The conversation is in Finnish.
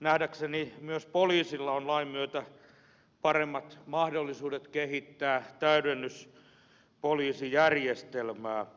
nähdäkseni myös poliisilla on lain myötä paremmat mahdollisuudet kehittää täydennyspoliisijärjestelmää